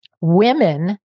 Women